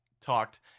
talked